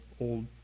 old